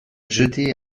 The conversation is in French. jeter